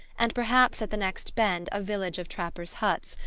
and perhaps at the next bend a village of trappers' huts,